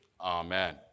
Amen